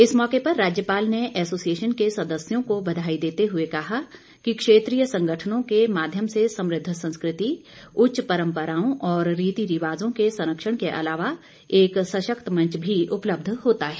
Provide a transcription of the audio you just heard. इस मौके पर राज्यपाल ने एसोसिएशन के सदस्यों को बधाई देते हुए कहा कि क्षेत्रीय संगठनों के माध्यम से समृद्ध संस्कृति उच्च परम्पराओं और रीति रिवाजों के संरक्षण के अलावा एक सशक्त मंच भी उपलब्ध होता है